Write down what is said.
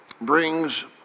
brings